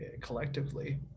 collectively